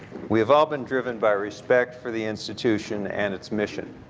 we've all been driven by respect for the institution and its mission.